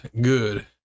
good